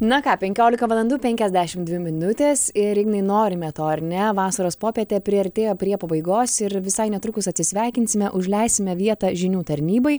na ką penkiolika valandų penkiasdešim dvi minutės ir ignai norime to ar ne vasaros popietė priartėjo prie pabaigos ir visai netrukus atsisveikinsime užleisime vietą žinių tarnybai